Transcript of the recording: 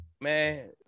man